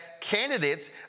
candidates